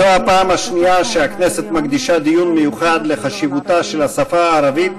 הצעות לסדר-היום מס' 7403,